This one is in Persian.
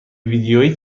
ویدیویی